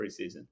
preseason